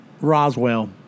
Roswell